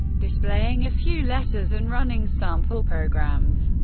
displaying a few letters and running sample programs.